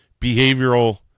behavioral